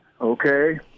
okay